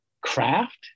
craft